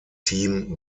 team